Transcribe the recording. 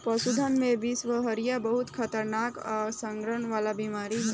पशुधन में बिषहरिया बहुत खतरनाक आ संक्रमण वाला बीमारी ह